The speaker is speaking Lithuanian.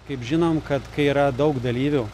kaip žinom kad kai yra daug dalyvių